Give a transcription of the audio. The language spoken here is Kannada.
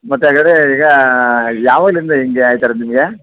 ಮತ್ತೆ ಬೇರೆ ಈಗ ಯಾವಾಗ್ನಿಂದ ಹಿಂಗೆ ಆಗ್ತಾಯಿರೋದು ನಿಮಗೆ